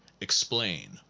explain